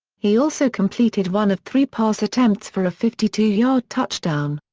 he also completed one of three pass attempts for a fifty two yard touchdown.